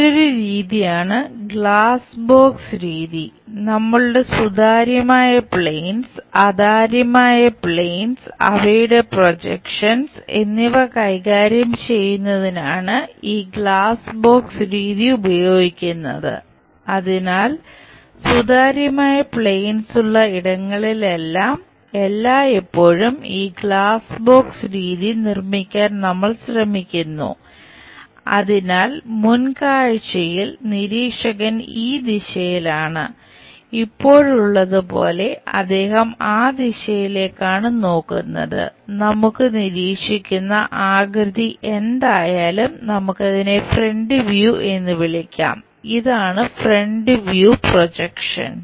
മറ്റൊരു രീതിയാണ് glass box രീതി എന്ന് വിളിക്കാം ഇതാണ് ഫ്രണ്ട് വ്യൂ പ്രൊജക്ഷൻ